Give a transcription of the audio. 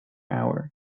hour